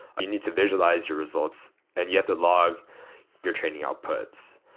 you need to visualize your results and you have to log your training outputs.